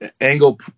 angle